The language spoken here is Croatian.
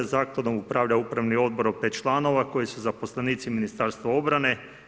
Zakladom upravlja upravni odbor od 5 članova koji su zaposlenici Ministarstva obrane.